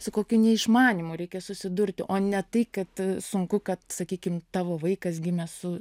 su kokiu neišmanymu reikia susidurti o ne tai kad sunku kad sakykim tavo vaikas gimė su